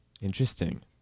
Interesting